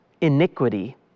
iniquity